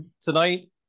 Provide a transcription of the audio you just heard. tonight